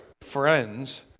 friends